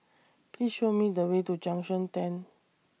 Please Show Me The Way to Junction ten